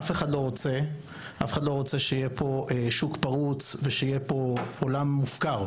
אף אחד לא רוצה שיהיה כאן שוק פרץ ושיהיה כאן עולם מופקר.